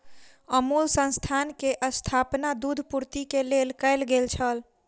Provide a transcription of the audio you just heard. अमूल संस्थान के स्थापना दूध पूर्ति के लेल कयल गेल छल